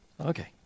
Okay